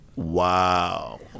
Wow